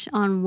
on